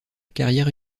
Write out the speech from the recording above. carrière